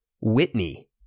Whitney